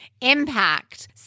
Impact